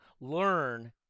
learn